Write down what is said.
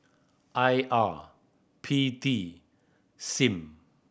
I R P T Sim